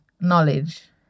knowledge